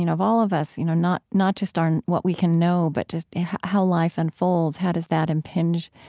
you know of all of us, you know, not not just our, what we can know, but just how life unfolds, how does that impinge